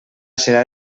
serà